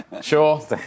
Sure